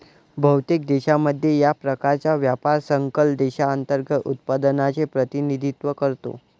बहुतेक देशांमध्ये, या प्रकारचा व्यापार सकल देशांतर्गत उत्पादनाचे प्रतिनिधित्व करतो